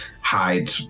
hide